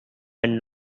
and